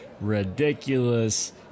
ridiculous